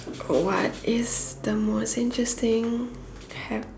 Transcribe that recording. what is the most interesting hap~